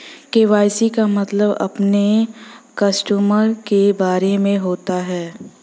KYC का मतलब अपने कस्टमर के बारे में होता है